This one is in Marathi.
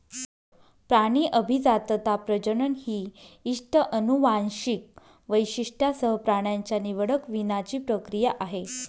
प्राणी अभिजातता, प्रजनन ही इष्ट अनुवांशिक वैशिष्ट्यांसह प्राण्यांच्या निवडक वीणाची प्रक्रिया आहे